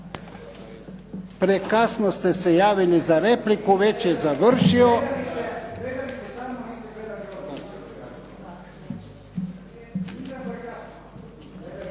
Prekasno ste se javili za repliku, već je završio.